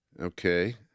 Okay